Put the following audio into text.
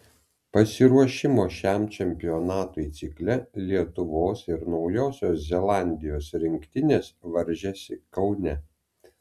pasiruošimo šiam čempionatui cikle lietuvos ir naujosios zelandijos rinktinės varžėsi kaune